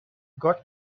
got